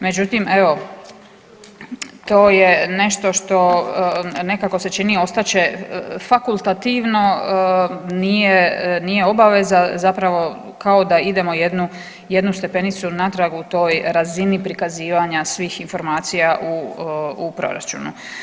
Međutim evo, to je nešto što nekako se čini ostat će fakultativno, nije, nije obaveza zapravo kao da idemo jednu, jednu stepenicu natrag u toj razini prikazivanja svih informacija u proračunu.